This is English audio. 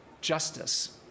justice